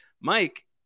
Mike